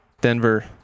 Denver